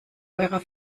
eurer